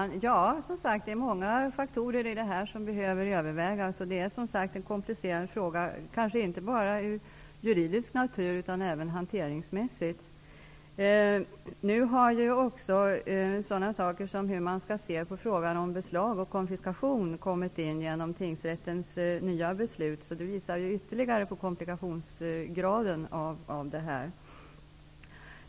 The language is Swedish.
Herr talman! Ja, det är många faktorer som behöver övervägas. Det är en komplicerad fråga inte bara när det gäller den juridiska naturen utan även hanteringsmässigt. Nu har frågan om beslag och konfiskation kommit med i tingsrättens nya beslut. Det visar ytterligare komplikationsgraden i detta.